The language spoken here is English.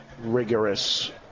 rigorous